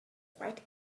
quite